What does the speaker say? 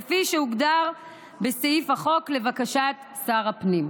כפי שהוגדר בסעיף החוק, לבקשת שר הפנים.